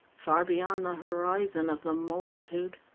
far beyond the horizon of the multitude.